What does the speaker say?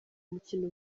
mukino